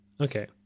Okay